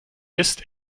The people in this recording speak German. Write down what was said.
ist